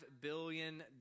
billion